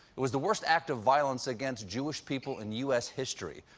it was the worst act of violence against jewish people in u s. history.